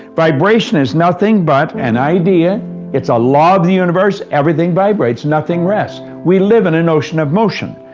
vibration is nothing but an idea it's a law of the universe, everything vibrates, nothing rests, we live in an ocean of motion.